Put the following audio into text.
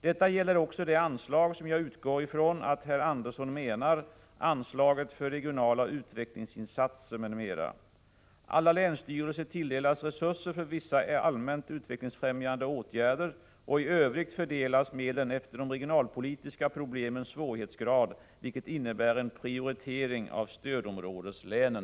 Detta gäller också det anslag som jag utgår från att herr Andersson menar, anslaget för regionala utvecklingsinsatser m.m. Alla länsstyrelser tilldelas resurser för vissa allmänt utvecklingsfrämjande åtgärder, och i övrigt fördelas medlen efter de regionalpolitiska problemens svårighetsgrad, vilket innebär en prioritering av stödområdeslänen.